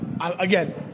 again